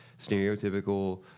stereotypical